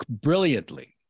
brilliantly